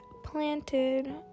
planted